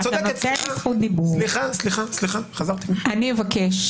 חלפו